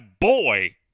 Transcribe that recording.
boy